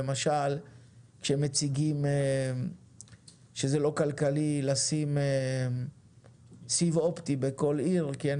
למשל כשמציגים שזה לא כלכלי לשים סיב אופטי בכל עיר כי אין